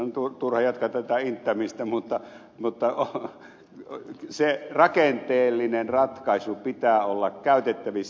on turha jatkaa tätä inttämistä mutta sen rakenteellisen ratkaisun pitää olla käytettävissä